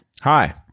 Hi